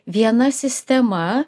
viena sistema